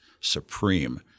supreme